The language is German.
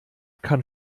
kann